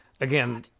again